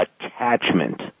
attachment